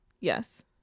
Yes